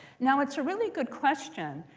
now it's a really good question,